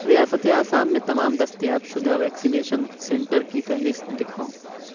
ریاستِ آسام میں تمام دسیتاب شدہ ویکسینیشن سینٹر کی فہرست دکھاؤ